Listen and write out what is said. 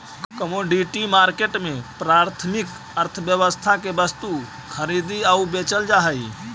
commodity market में प्राथमिक अर्थव्यवस्था के वस्तु खरीदी आऊ बेचल जा हइ